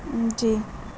جی